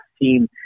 team